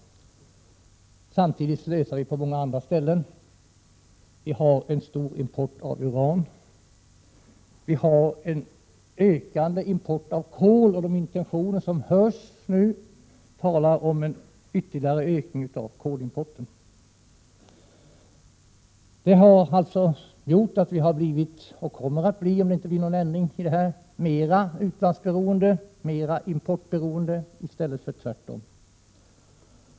Samtidigt slösar vi på många andra ställen. Vi har en stor import av uran. Vi har en ökande import av kol, och de intentioner som det nu talas om innebär en ytterligare ökning av kolimporten. Detta gör alltså att vi kommer att bli — om man inte får till stånd någon ändring i det här avseendet — mer utlandsberoende, mer importberoende i stället för tvärtom.